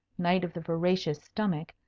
knight of the voracious stomach,